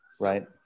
right